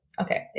okay